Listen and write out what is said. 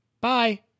Bye